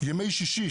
ימי שישי,